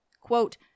quote